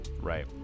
right